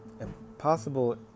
Impossible